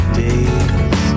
days